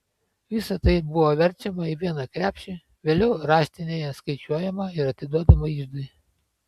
visa tai buvo verčiama į vieną krepšį vėliau raštinėje skaičiuojama ir atiduodama iždui